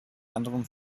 anderem